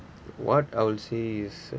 what I'd say is